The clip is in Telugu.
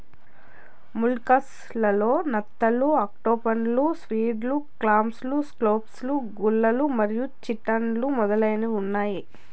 మొలస్క్ లలో నత్తలు, ఆక్టోపస్లు, స్క్విడ్, క్లామ్స్, స్కాలోప్స్, గుల్లలు మరియు చిటాన్లు మొదలైనవి ఉన్నాయి